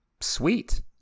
sweet